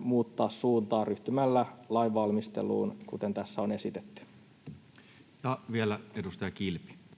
muuttaa suuntaa ryhtymällä lainvalmisteluun, kuten tässä on esitetty. [Speech 109]